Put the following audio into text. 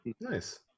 Nice